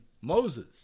Moses